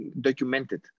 documented